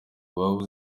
waba